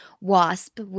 WASP